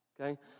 Okay